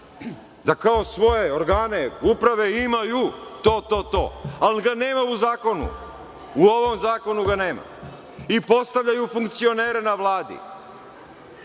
da kao svoje organe uprave imaju, to, to, ali ga nema u zakonu, u ovom zakonu ga nema i postavljaju funkcionere na Vladi,